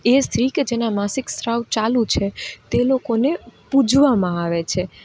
એ સ્ત્રી જેના માસિક સ્રાવ ચાલુ છે તે લોકોને પૂજવામાં આવે છે